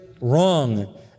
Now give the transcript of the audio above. wrong